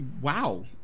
wow